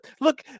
look